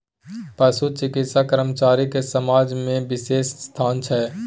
पशु चिकित्सा कर्मचारी के समाज में बिशेष स्थान छै